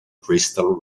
crystal